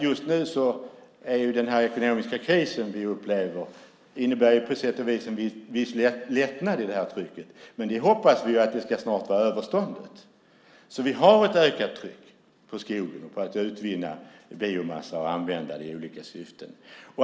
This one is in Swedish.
Just nu innebär den ekonomiska kris vi just upplever på sätt och vis en lättnad i trycket. Men vi hoppas att det snart ska vara överståndet. Vi har ett ökat tryck på skogen och att utvinna biomassa för att använda det för olika syften.